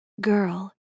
girl